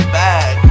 back